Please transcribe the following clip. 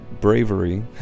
bravery